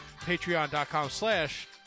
Patreon.com/slash